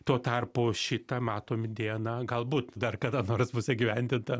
tuo tarpu šitą matom dieną galbūt dar kada nors bus įgyvendinta